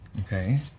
Okay